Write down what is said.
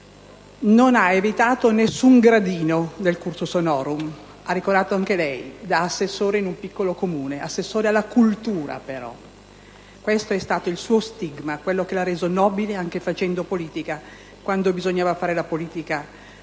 Non ha evitato nessuno gradino del *cursus honorum* - lo ha ricordato anche lei, signor Presidente - partendo da assessore in un piccolo Comune: assessore alla cultura, però. Questo è stato il suo stigma, quello che lo ha reso nobile anche facendo politica quando bisognava fare la politica più